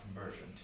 conversion